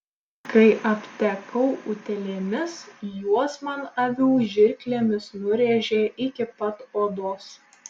kai aptekau utėlėmis juos man avių žirklėmis nurėžė iki pat odos